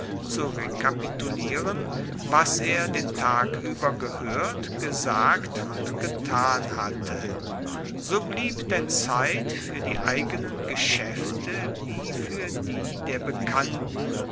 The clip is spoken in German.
zu rekapitulieren was er den tag ueber gehoert gesagt und getan hatte so blieb denn zeit fuer die eigenen geschaefte wie fuer die der bekannten